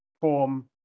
form